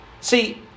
See